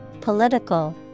political